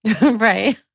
Right